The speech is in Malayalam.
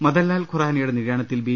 മദൻലാൽ ഖുറാനയുടെ നിര്യാണത്തിൽ ബി